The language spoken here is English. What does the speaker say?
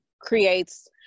creates